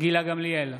גילה גמליאל,